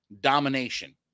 domination